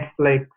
Netflix